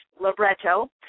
libretto